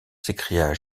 s’écria